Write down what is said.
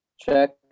check